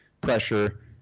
pressure